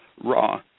raw